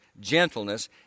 gentleness